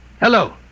Hello